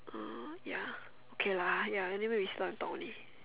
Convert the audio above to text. uh ya okay lah ya anyway we sit down and talk only